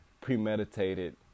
premeditated